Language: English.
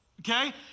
Okay